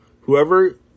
Whoever